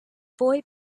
boy